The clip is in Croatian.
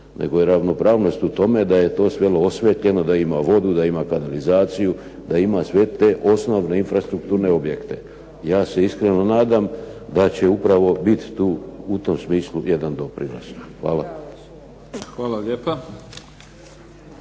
Nego je ravnopravnost u tome da je to selo osvijetljeno, da ima vodu, da ima kanalizaciju, da ima sve te osnovne infrastrukturne objekte. Ja se iskreno nadam da će upravo biti tu u tom smislu jedan doprinos. Hvala. **Mimica,